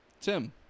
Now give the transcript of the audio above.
tim